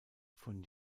von